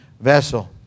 vessel